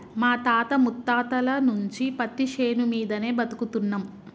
మా తాత ముత్తాతల నుంచి పత్తిశేను మీదనే బతుకుతున్నం